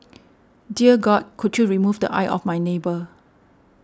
dear God could you remove the eye of my neighbour